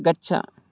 गच्छ